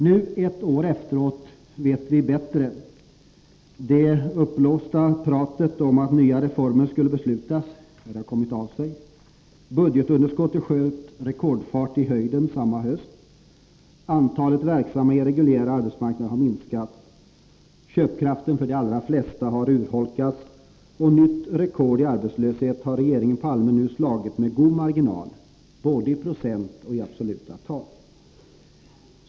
Nu, ett år efteråt, vet vi bättre. Det uppblåsta pratet om att nya reformer skulle beslutas har kommit av sig. Budgetunderskottet sköt med rekordfart i höjden samma höst. Antalet verksamma i den reguljära arbetsmarknaden har minskat. Köpkraften för de allra flesta har urholkats, och nytt rekord i arbetslöshet har regeringen Palme nu slagit med god marginal — både i procent och i absoluta tal.